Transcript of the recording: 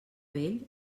vell